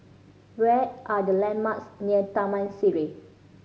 where are the landmarks near Taman Sireh